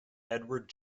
edward